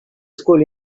school